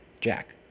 Jack